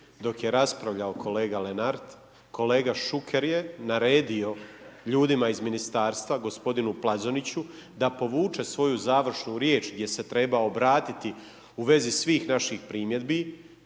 dok je raspravljao kolega Lenart, kolega Šuker je naredio ljudima iz ministarstva gospodinu Plazoniću da povuče svoju završnu riječ gdje se treba obratiti u vezi svih naših primjedbi